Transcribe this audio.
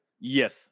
Yes